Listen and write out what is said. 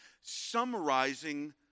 summarizing